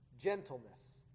gentleness